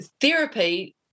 therapy